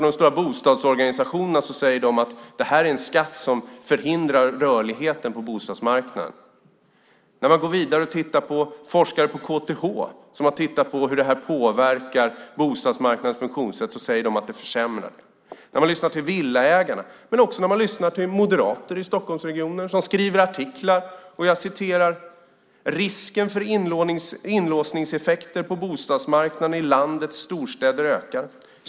De stora bostadsorganisationerna säger att det här är en skatt som förhindrar rörlighet på bostadsmarknaden. Forskare på KTH som har tittat på hur detta påverkar bostadsmarknadens funktionssätt säger att det här försämrar det. Moderater i Stockholmsregionen skriver i en artikel: "Risken för inlåsningseffekter på bostadsmarknaden i landets storstäder ökar."